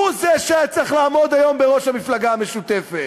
הוא זה שהיה צריך לעמוד היום בראש המפלגה המשותפת.